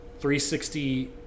360